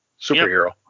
superhero